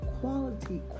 quality